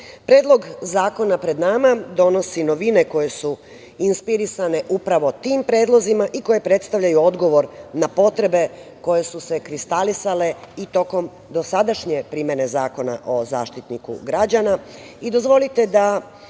prava. Predlog zakona pred nama donosi novine koje su inspirisane upravo tim predlozima i koje predstavljaju odgovor na potrebe koje su se kristalisale i tokom dosadašnje primene Zakona o Zaštitniku